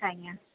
अच्छा ईअं